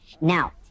Now